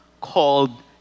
called